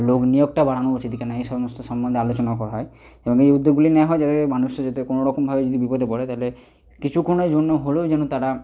লোক নিয়োগটা বাড়ানো উচিত দিকে নয় এই সমস্ত সম্বন্ধে আলোচনা করা হয় এবং এই উদ্যোগগুলি নেওয়া হয় যাতে মানুষটা যাতে কোনো রকমভাবে যদি বিপদে পড়ে তাহলে কিছুক্ষণের জন্য হলেও যেন তারা